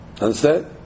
Understand